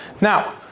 Now